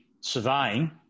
surveying